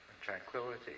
tranquility